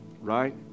right